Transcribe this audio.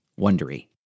Wondery